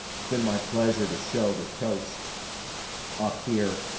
it's been my pleasure to show this coach up here